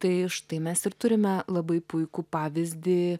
tai štai mes ir turime labai puikų pavyzdį